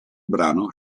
brano